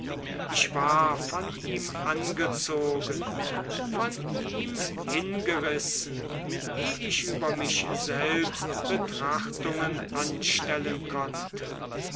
ich war von ihm angezogen von ihm hingerissen eh ich über mich selbst betrachtungen anstellen konnte